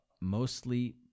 mostly